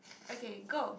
okay go